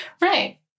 Right